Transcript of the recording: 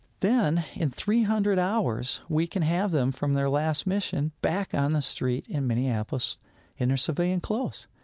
then in three hundred hours, we can have them from their last mission back on the street in minneapolis in their civilian clothes.